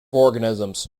organisms